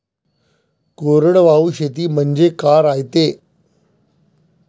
कोरडवाहू शेती म्हनजे का रायते?